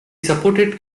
supported